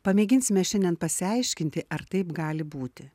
pamėginsime šiandien pasiaiškinti ar taip gali būti